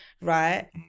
right